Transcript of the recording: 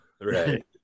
right